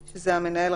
אוקיי, אז זה המנהל,